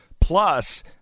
plus